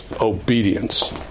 obedience